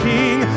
King